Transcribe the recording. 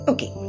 Okay